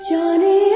Johnny